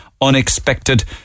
unexpected